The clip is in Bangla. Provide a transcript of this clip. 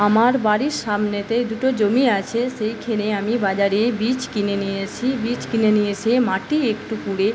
আমার বাড়ির সামনেতে দুটো জমি আছে সেইখানে আমি বাজারে বীজ কিনে নিয়ে আসি বীজ কিনে নিয়ে এসে মাটি একটু খুঁড়ে